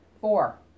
four